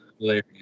hilarious